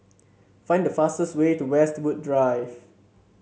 find the fastest way to Westwood Drive